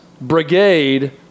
Brigade